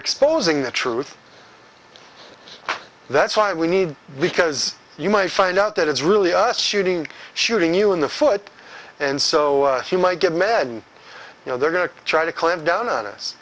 exposing the truth that's why we need because you might find out that it's really us shooting shooting you in the foot and so he might get mad you know they're going to try to clamp down on us